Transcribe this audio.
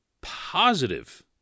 positive